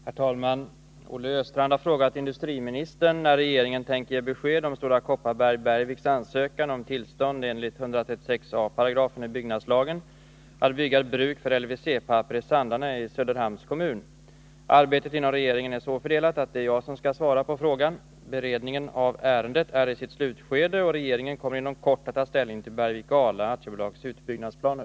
Herr talman! Olle Östrand har frågat industriministern när regeringen tänker ge besked om Stora Kopparberg-Bergviks ansökan om tillstånd enligt 136 a § byggnadslagen att bygga ett bruk för LWC-papper i Sandarne i Söderhamns kommun. Arbetet inom regeringen är så fördelat att det är jag som skall svara på frågan. Beredningen av ärendet är i sitt slutskede, och regeringen kommer inom kort att ta ställning till Bergvik och Ala AB:s utbyggnadsplaner.